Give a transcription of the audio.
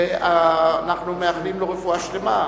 אנחנו מאחלים לו רפואה שלמה,